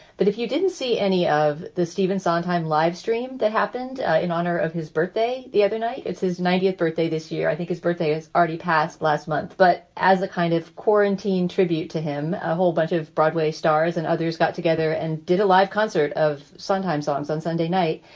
but if you didn't see any of the stephen sondheim livestream that happened in honor of his birthday the other night, it's his ninetieth birthday this year. i think his birthday is already passed last month. but as a kind of quarantine tribute to him, a whole bunch of broadway stars and others got together and did a live concert of sondheim songs on sunday night.